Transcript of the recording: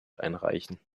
einreichen